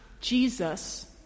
Jesus